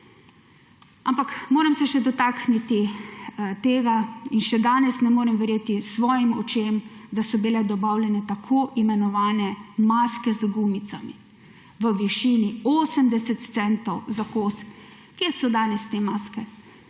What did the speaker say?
Moram se še dotakniti tega in še danes ne morem verjeti svojim očem, da so bile dobavljene tako imenovane maske z gumicami v višini 80 centov za kos. Kje so danes te maske?